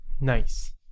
Nice